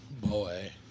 Boy